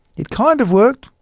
it kind of worked,